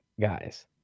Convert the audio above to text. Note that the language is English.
guys